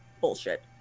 bullshit